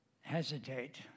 hesitate